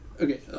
Okay